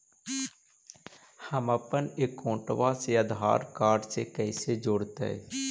हमपन अकाउँटवा से आधार कार्ड से कइसे जोडैतै?